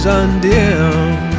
undimmed